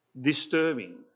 disturbing